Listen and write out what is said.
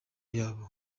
yabo